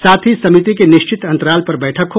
साथ ही समिति की निश्चित अंतराल पर बैठक हो